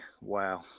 wow